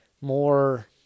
more